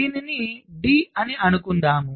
దీనిని D అని అనుకుందాం